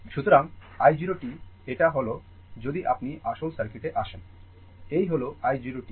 সুতরাং i 0 t এটা হল যদি আপনি আসল সার্কিটে আশেন এই হল i 0 t